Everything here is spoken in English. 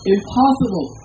Impossible